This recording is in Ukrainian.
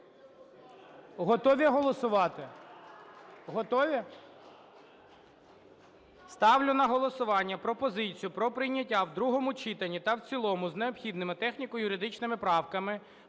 Готові голосувати? Готові? Ставлю на голосування пропозицію про прийняття в другому читанні та в цілому з необхідними техніко-юридичними правками